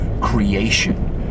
creation